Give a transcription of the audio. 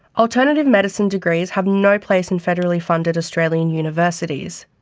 alternative medicine degrees have no place in federally funded australian universities.